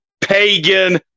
pagan